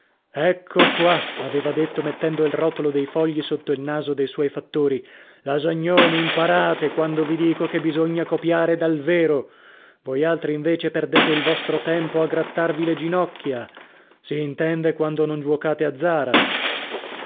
ecco qua aveva detto mettendo il rotolo dei fogli sotto il naso dei suoi fattori lasagnoni imparate quando vi dico che bisogna copiare dal vero voi altri invece perdete il vostro tempo a grattarvi le ginocchia si intende quando non giuocate a zara